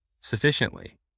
sufficiently